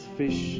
fish